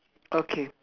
okay